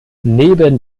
neben